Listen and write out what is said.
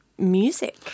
music